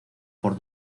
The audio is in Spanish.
por